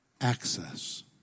access